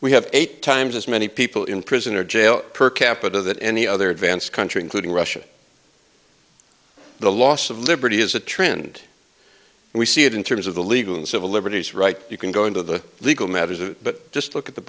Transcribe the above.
we have eight times as many people in prison or jail per capita than any other advanced country including russia the loss of liberty is a trend we see it in terms of the legal and civil liberties right you can go into the legal matters of it but just look at the